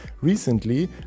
Recently